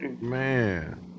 Man